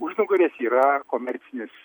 užnugaris yra komercinis